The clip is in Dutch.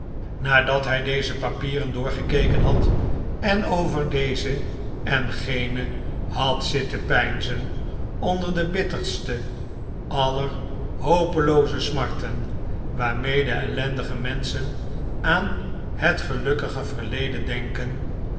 nadat hij deze papieren doorgekeken had en over deze en gene had zitten peinzen onder de bitterste alter hopelooze smarten waarmede elleudige menschen aan het gelukkige verleden denken